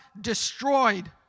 destroyed